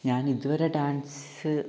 ഞാൻ ഇതുവരെ ഡാൻസ്